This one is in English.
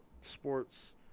sports